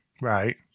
Right